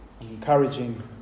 encouraging